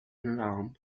alarm